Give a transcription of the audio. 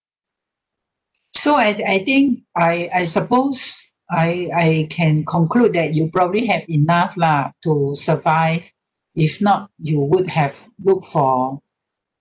so I I think I I suppose I I can conclude that you probably have enough lah to survive if not you would have worked for